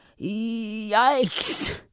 Yikes